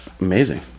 Amazing